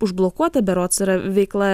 užblokuota berods yra veikla